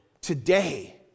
today